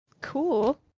cool